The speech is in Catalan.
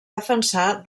defensar